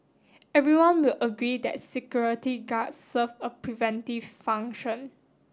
everyone will agree that security guards serve a preventive function